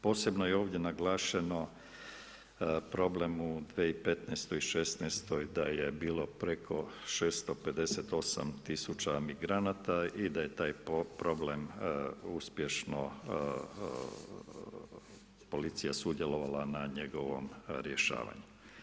Posebno je ovdje naglašeno problem u 2015., 2016. da je bilo preko 658 tisuća migranata i da je taj problem uspješno policija sudjelovala na njegovom rješavanju.